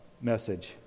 message